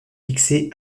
fixé